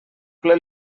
ple